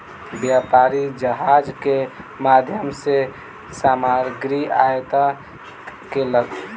व्यापारी जहाज के माध्यम सॅ सामग्री आयात केलक